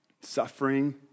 suffering